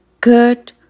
good